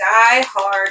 diehard